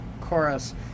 chorus